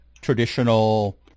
traditional